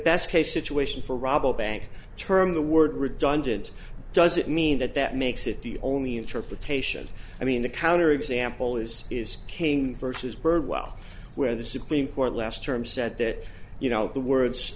best case a to ation for rabobank term the word redundant doesn't mean that that makes it the only interpretation i mean the counter example is is king versus birdwell where the supreme court last term said that you know the words